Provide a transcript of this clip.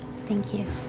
thank you.